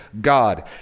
God